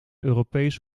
europees